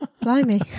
Blimey